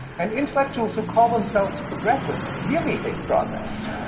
and intellectuals who call themselves progressive really hate progress.